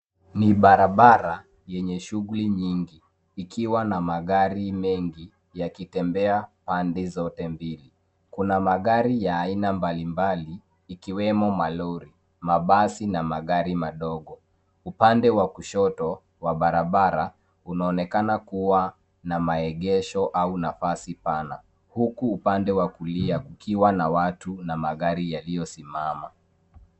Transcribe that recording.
Ni barabara yenye shughuli nyingi ikiwa na magari mengi yakitembea pande zote mbili. Kuna magari ya aina mbalimbali, ikiwemo malori, mabasi na magari madogo. Upande wa kushoto wa barabara, unaonekana kuwa na maegesho au nafasi pana, huku upande wa kulia ukiwa na watu na magari yaliyosimama.